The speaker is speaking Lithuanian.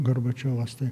gorbačiovas tai